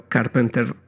Carpenter